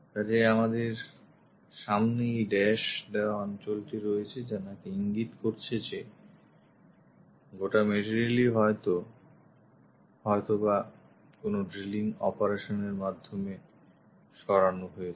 কাজেই আমদের সামনে এই dash দেওয়া অঞ্চলটি রয়েছে যা নাকি ইঙ্গিত করছে যে গোটা materialই হয়ত বা কোন ড্রিলিং অপারেশনএর মাধ্যমে সরানো হয়েছে